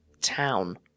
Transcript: town